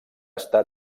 està